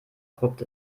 korrupt